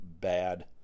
bad